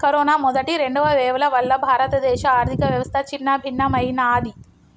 corona మొదటి, రెండవ వేవ్ల వల్ల భారతదేశ ఆర్ధికవ్యవస్థ చిన్నాభిన్నమయ్యినాది